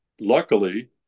luckily